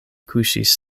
kuŝis